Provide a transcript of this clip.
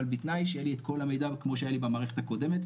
אבל בתנאי שיהיה לי את כל המידע כמו שהיה לי במערכת הקודמת.